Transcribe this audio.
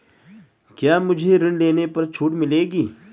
क्या मुझे ऋण लेने पर छूट मिलेगी?